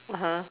(uh huh)